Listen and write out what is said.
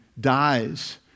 dies